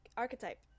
Archetype